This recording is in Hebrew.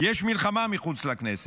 יש מלחמה מחוץ לכנסת,